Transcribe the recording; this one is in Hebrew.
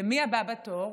ומי הבא בתור?